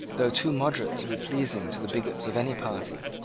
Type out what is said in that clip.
though too moderate to be pleasing to the bigots of any party,